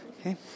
Okay